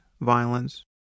violence